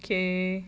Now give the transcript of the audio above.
okay